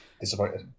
Disappointed